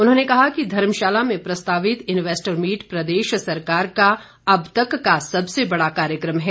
उन्होंने कहा कि धर्मशाला में प्रस्तावित इन्वैस्टर मीट प्रदेश सरकार का अब तक का सबसे बड़ा कार्यक्रम है